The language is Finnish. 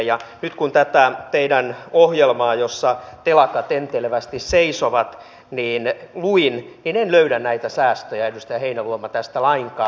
ja nyt kun tätä teidän ohjelmaanne jossa telakat enteilevästi seisovat luin niin en löydä näitä säästöjä edustaja heinäluoma tästä lainkaan